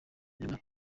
nyuma